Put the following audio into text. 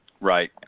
Right